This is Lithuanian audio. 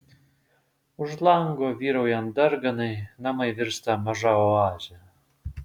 už lango vyraujant darganai namai virsta maža oaze